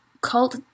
cult